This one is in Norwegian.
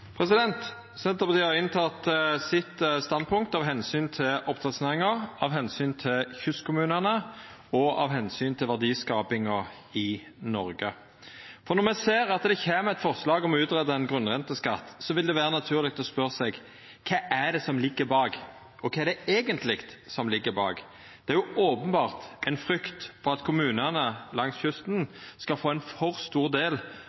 Senterpartiet har teke sitt standpunkt av omsyn til oppdrettsnæringa, av omsyn til kystkommunane og av omsyn til verdiskapinga i Noreg. Når me ser at det kjem eit forslag om å utgreia ein grunnrenteskatt, vil det vera naturleg å spørja seg: Kva er det som ligg bak? Kva er det eigentleg som ligg bak? Det er openbert ei frykt for at kommunane langs kysten skal få ein for stor del